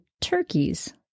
turkeys